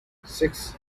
six